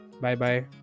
Bye-bye